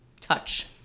touch